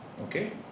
Okay